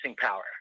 power